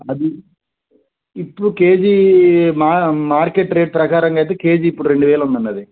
అది ఇప్పుడు కేజీ మా మార్కెట్ రేట్ ప్రకారంగా అయితే కేజీ ఇప్పుడు రెండువేలు ఉంది అండి అది